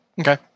Okay